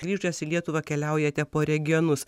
grįžęs į lietuvą keliaujate po regionus